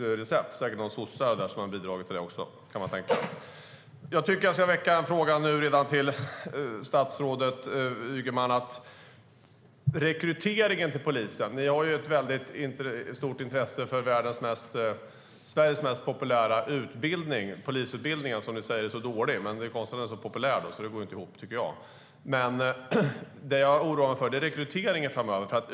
Man kan säkert tänka sig att några sossar har bidragit till det också. Jag vill gärna väcka en fråga till statsrådet Ygeman om rekryteringen till polisen. Ni har ett stort intresse för Sveriges mest populära utbildning, det vill säga polisutbildningen - som ni säger är så dålig. Men det är konstigt att den är så populär, så det går inte ihop. Det jag oroar mig för är rekryteringen framöver.